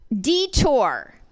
Detour